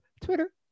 Twitter